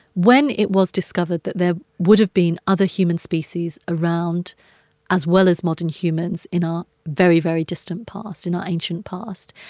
when it was discovered that there would have been other human species around as well as modern humans in our very, very distant past, in our ancient past,